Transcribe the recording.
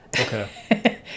okay